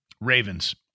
Ravens